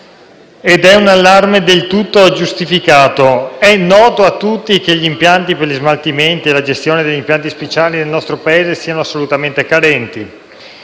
che è del tutto giustificato. È noto a tutti che gli impianti per lo smaltimento e la gestione dei rifiuti speciali nel nostro Paese sono assolutamente carenti.